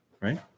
right